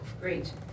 great